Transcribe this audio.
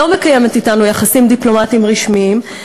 לא מקיימת אתנו יחסים דיפלומטיים רשמיים,